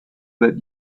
that